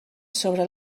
sobre